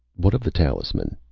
what of the talisman?